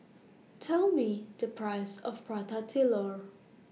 Tell Me The Price of Prata Telur